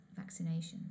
vaccinations